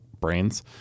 brains